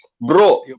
bro